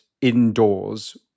indoors